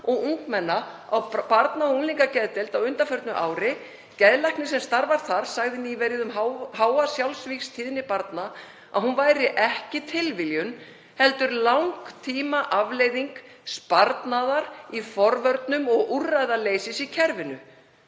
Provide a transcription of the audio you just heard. og ungmenna á barna- og unglingageðdeild á undanförnu ári. Geðlæknir sem starfar þar sagði nýverið um háa sjálfsvígstíðni barna að hún væri ekki tilviljun heldur langtímaafleiðing sparnaðar í forvörnum og úrræðaleysis í kerfinu.